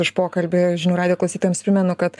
už pokalbį žinių radijo klausytojams primenu kad